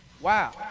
Wow